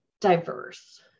diverse